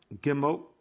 Gimel